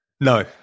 No